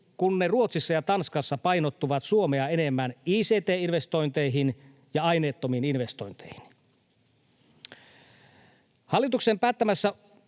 kun ne Ruotsissa ja Tanskassa painottuvat Suomea enemmän ict-investointeihin ja aineettomiin investointeihin. Hallituksen päättämästä